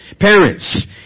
Parents